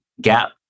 gap